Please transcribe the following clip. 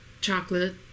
chocolate